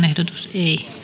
ehdotus